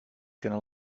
gonna